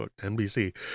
nbc